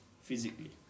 physically